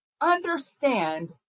understand